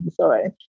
sorry